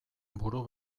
buru